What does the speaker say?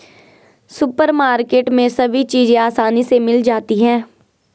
supermarket में सभी चीज़ें आसानी से मिल जाती है